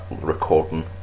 recording